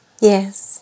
Yes